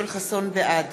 בעד